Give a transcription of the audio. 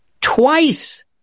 Twice